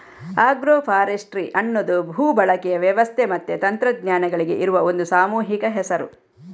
agro forestry ಅನ್ನುದು ಭೂ ಬಳಕೆಯ ವ್ಯವಸ್ಥೆ ಮತ್ತೆ ತಂತ್ರಜ್ಞಾನಗಳಿಗೆ ಇರುವ ಒಂದು ಸಾಮೂಹಿಕ ಹೆಸರು